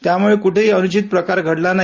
त्यामुळेही क्ठेही अन्चित प्रकार घडला नाही